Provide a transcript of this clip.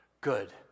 Good